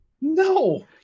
No